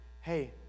hey